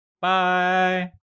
bye